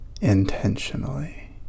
intentionally